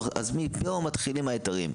אז מפה מתחילים ההיתרים.